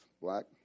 black